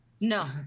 No